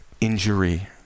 injury